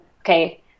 Okay